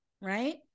Right